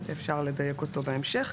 אפשר לדייק אותו בהמשך.